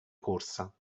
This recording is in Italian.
corsa